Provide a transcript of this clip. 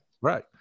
Right